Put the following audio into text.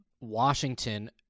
Washington